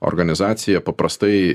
organizacija paprastai